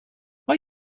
are